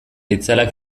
itzalak